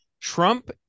Trump